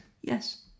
Yes